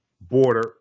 border